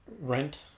rent